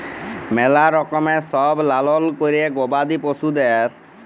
ম্যালা রকমের সব লালল ক্যরে গবাদি পশুদের